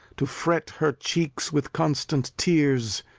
to fret her cheeks with constant tears,